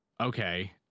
okay